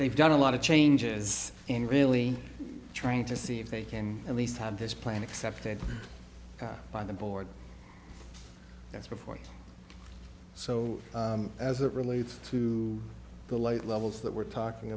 they've done a lot of changes in really trying to see if they can at least have this plan accepted by the board that's before so as it relates to the light levels that we're talking